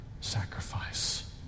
sacrifice